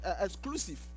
exclusive